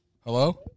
Hello